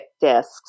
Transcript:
discs